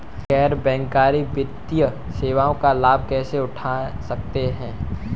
गैर बैंककारी वित्तीय सेवाओं का लाभ कैसे उठा सकता हूँ?